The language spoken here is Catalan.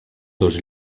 dos